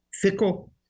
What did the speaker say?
fickle